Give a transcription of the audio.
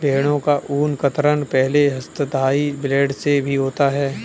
भेड़ों का ऊन कतरन पहले हस्तधारी ब्लेड से भी होता है